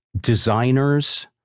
designers